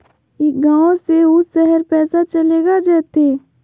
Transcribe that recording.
ई गांव से ऊ शहर पैसा चलेगा जयते?